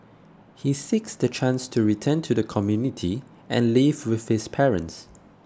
he seeks the chance to return to the community and live with his parents